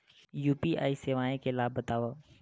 UPI सेवाएं के लाभ बतावव?